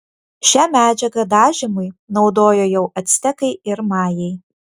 šią medžiagą dažymui naudojo jau actekai ir majai